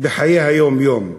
בחיי היום-יום.